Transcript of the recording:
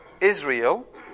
Israel